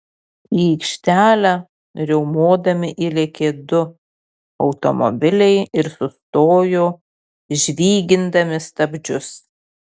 į aikštelę riaumodami įlėkė du automobiliai ir sustojo žvygindami stabdžius